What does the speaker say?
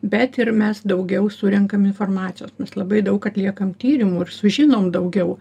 bet ir mes daugiau surenkam informacijos mes labai daug atliekam tyrimų ir sužinom daugiau